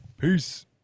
Peace